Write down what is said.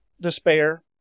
Despair